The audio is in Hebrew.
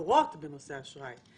ביקורות בנושא האשראי.